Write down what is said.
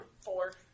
Four